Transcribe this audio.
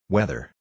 Weather